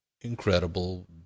incredible